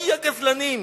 הוי הגזלנים,